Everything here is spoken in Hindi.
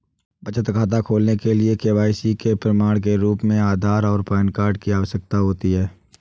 बचत खाता खोलने के लिए के.वाई.सी के प्रमाण के रूप में आधार और पैन कार्ड की आवश्यकता होती है